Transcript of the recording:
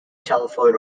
telephone